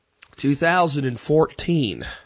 2014